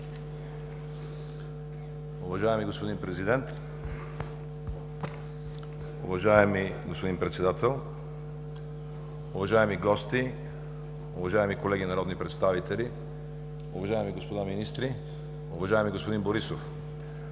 Уважаеми господин Президент, уважаеми господин Председател, уважаеми гости, уважаеми колеги народни представители, уважаеми господа министри, уважаеми господин Борисов,